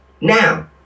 Now